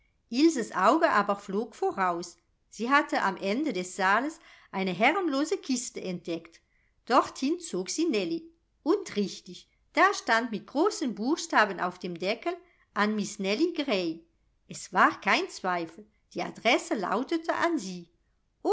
ilses auge aber flog voraus sie hatte am ende des saales eine herrenlose kiste entdeckt dorthin zog sie nellie und richtig da stand mit großen buchstaben auf dem deckel an miß nellie grey es war kein zweifel die adresse lautete an sie